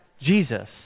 Jesus